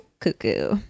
cuckoo